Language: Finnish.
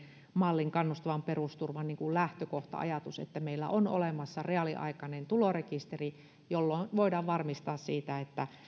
mallin kannustavan perusturvan lähtökohta ajatus että meillä on olemassa reaaliaikainen tulorekisteri jolloin voidaan varmistua siitä että